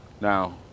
Now